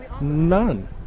none